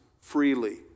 freely